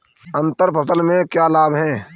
अंतर फसल के क्या लाभ हैं?